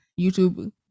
YouTube